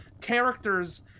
characters